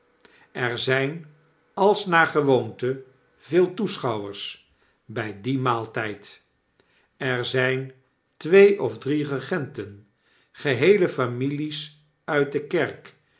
er zyn als naar gewoonte veel toeschouwers by dien maaltijd er zyn twee of drie regenten geheele families uit de kerk